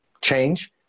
change